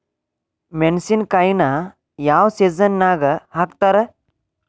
ಮೆಣಸಿನಕಾಯಿನ ಯಾವ ಸೇಸನ್ ನಾಗ್ ಹಾಕ್ತಾರ?